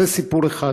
זה סיפור אחד.